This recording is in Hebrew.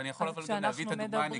אבל אני יכול להביא גם את הדוגמה הנגדית